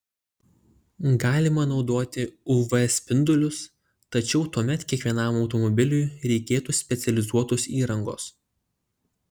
galima naudoti uv spindulius tačiau tuomet kiekvienam automobiliui reikėtų specializuotos įrangos